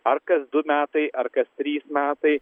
ar kas du metai ar kas trys metai